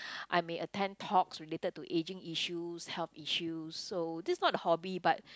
I may attend talks related to ageing issues health issues so this is not a hobby but